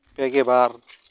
ᱯᱮᱜᱮ ᱵᱟᱨ